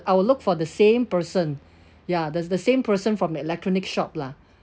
I will look for the same person ya that's the same person from the electronic shop lah